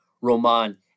Roman